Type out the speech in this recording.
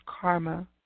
karma